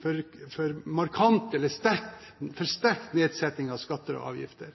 for sterk nedsetting av skatter og avgifter.